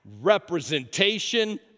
representation